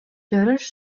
жарыш